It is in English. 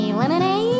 lemonade